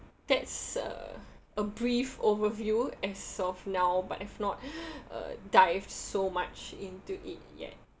that's uh a brief overview as of now but I've not uh dived so much into it yet